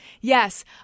Yes